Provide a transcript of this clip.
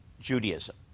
Judaism